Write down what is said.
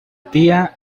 tía